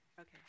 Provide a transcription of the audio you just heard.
Okay